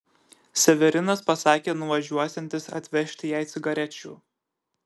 severinas pasakė nuvažiuosiantis atvežti jai cigarečių